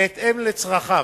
בהתאם לצרכיו,